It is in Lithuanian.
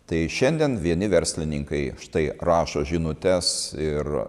tai šiandien vieni verslininkai štai rašo žinutes ir